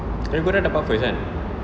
abeh korang dapat first kan